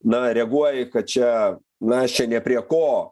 na reaguoji kad čia na aš čia ne prie ko